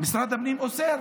משרד הפנים אוסר.